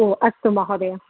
ओ अस्तु महोदय